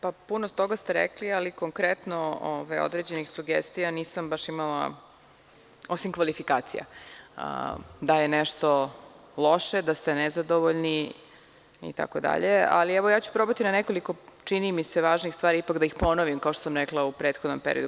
Puno toga ste rekli, ali konkretno određenih sugestija nisam baš imala, osim kvalifikacija da je nešto loše, da ste nezadovoljni itd, ali ja ću probati na nekoliko, čini mi se, važnih stvari, ipak da ih ponovim, kao što sam rekla u prethodnom periodu.